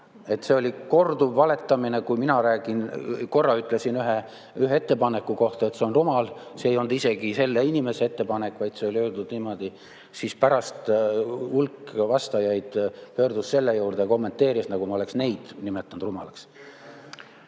See oli korduv valetamine. Kui mina ütlesin ühe ettepaneku kohta, et see on rumal – see ei olnud isegi selle inimese ettepanek –, siis pärast hulk vastajaid pöördus selle juurde, kommenteeris, nagu ma oleksin neid nimetanud rumalaks.